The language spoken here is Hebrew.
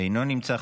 אינו נמצא,